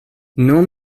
non